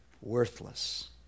worthless